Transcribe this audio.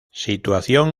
situación